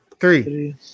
three